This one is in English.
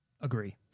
Agree